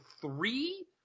three